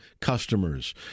customers